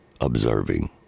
Observing